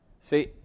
See